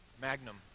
magnum